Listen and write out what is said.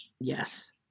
Yes